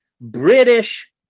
British